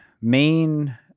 main